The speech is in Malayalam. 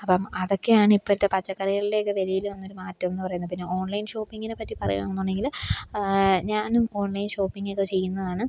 അപ്പം അതൊക്കെയാണിപ്പോഴത്തെ പച്ചക്കറികളുടെയൊക്കെ വിലയിൽ വന്നൊരു മാറ്റമെന്ന് പറയുന്നത് പിന്നെ ഓൺലൈൻ ഷോപ്പിംഗിനെപ്പറ്റി പറയാണെന്നുണ്ടെങ്കിൽ ഞാനും ഓൺലൈൻ ഷോപ്പിംഗൊക്കെ ചെയ്യുന്നതാണ്